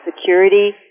security